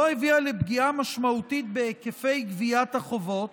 הביאה לפגיעה משמעותית בהיקפי גביית החובות,